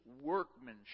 workmanship